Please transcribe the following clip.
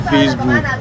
Facebook